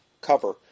cover